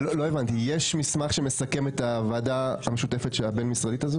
יש מסמך שמסכם את הוועדה המשותפת הבין משרדית?